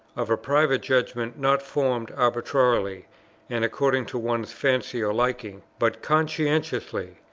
of a private judgment, not formed arbitrarily and according to one's fancy or liking, but conscientiously,